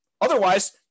Otherwise